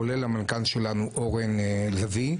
כולל המנכ"ל שלנו אורן לביא,